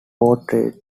portraits